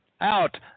Out